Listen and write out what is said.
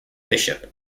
bishop